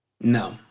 No